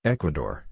Ecuador